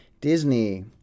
Disney